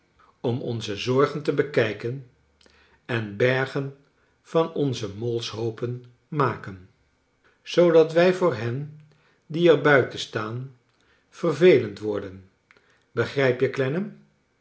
om onze zorgen te bekijken en bergen van onze molshoopen maken zoodat wij voor hen die er buiten staan vervelend worden begrijp je